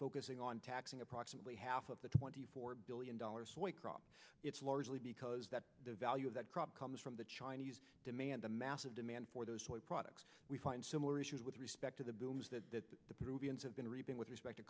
focusing on taxing approximately half of the twenty four billion dollars waycross it's largely because that the value of that crop comes from the chinese demand a massive demand for those toys products we find similar issues with respect to the booms that the peruvians been ripping with respect to